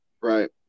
right